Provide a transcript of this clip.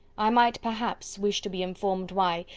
i might, perhaps, wish to be informed why,